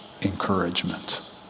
encouragement